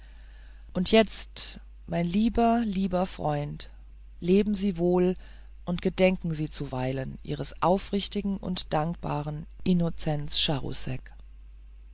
und jetzt mein lieber lieber freund leben sie wohl und gedenken sie zuweilen ihres aufrichtigen und dankbaren innocenz